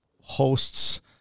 hosts